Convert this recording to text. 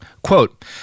Quote